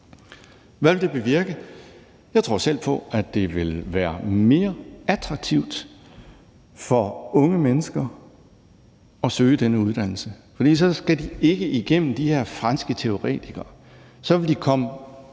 Hvad vil det bevirke? Jeg tror selv på, at det vil være mere attraktivt for unge mennesker at søge denne uddannelse, for så skal de ikke igennem de her franske teoretikere, og så vil de komme